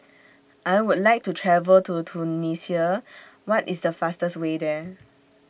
I Would like to travel to Tunisia What IS The fastest Way There